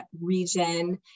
region